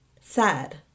Sad